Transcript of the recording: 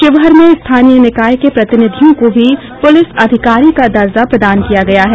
शिवहर में स्थानीय निकाय के प्रतिनिधियों को भी पुलिस अधिकारी का दर्जा प्रदान किया गया है